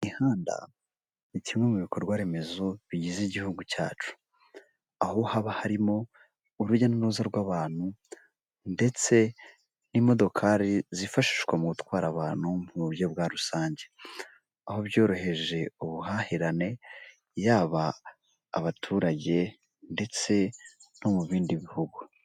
Imihanda ni kimwe mu bikorwa remezo bigize igihugu cyacu, aho haba harimo urujya n'uruza rw'abantu ndetse n'imodoka zifashishwa mu gutwara abantu mu buryo bwa rusange, aho byoroheje ubuhahirane yaba abaturage ndetse no mu bindi bihugu.